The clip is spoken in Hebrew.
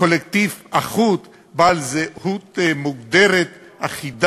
אז למה שימשיך להתהדר באדרת המשכן